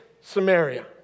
Samaria